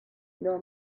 nor